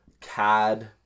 Cad